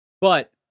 But-